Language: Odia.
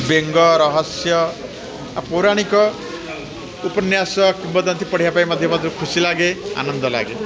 ବେଙ୍ଗ ରହସ୍ୟ ଆଉ ପୌରାଣିକ ଉପନ୍ୟାସ କିମ୍ବଦନ୍ତୀ ପଢ଼ିବା ପାଇଁ ମଧ୍ୟ ବହୁତ ଖୁସି ଲାଗେ ଆନନ୍ଦ ଲାଗେ